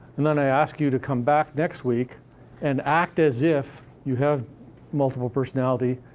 and then, i ask you to come back next week and act as if you have multiple personality,